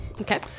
Okay